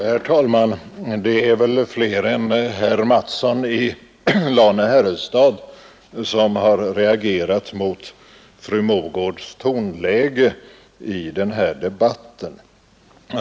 Herr talman! Det är väl flera än herr Mattsson i Lane-Herrestad som har reagerat mot fru Mogårds tonläge i denna debatt.